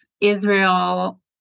Israel